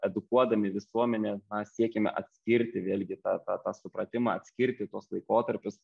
edukuodami visuomenę siekiame atskirti vėlgi tą tą tą supratimą atskirti tuos laikotarpius